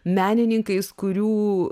menininkais kurių